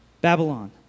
Babylon